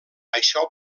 això